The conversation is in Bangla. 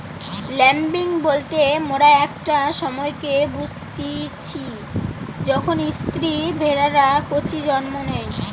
ল্যাম্বিং বলতে মোরা একটা সময়কে বুঝতিচী যখন স্ত্রী ভেড়ারা কচি জন্ম দেয়